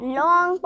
long